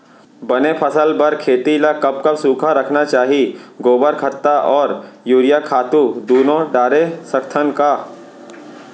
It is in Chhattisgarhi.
बने फसल बर खेती ल कब कब सूखा रखना चाही, गोबर खत्ता और यूरिया खातू दूनो डारे सकथन का?